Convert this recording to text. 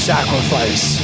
Sacrifice